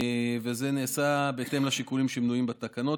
זה נעשה בהתאם לשיקולים שמנויים בתקנות.